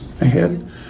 ahead